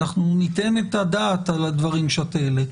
אנחנו ניתן את הדעת על הדברים שאת העלית.